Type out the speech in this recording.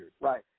Right